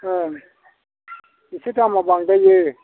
ओं एसे दामा बांद्रायो